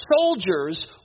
soldiers